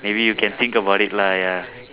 maybe you can think about it lah ya